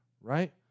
right